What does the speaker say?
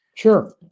Sure